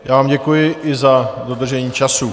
Já vám děkuji, i za dodržení času.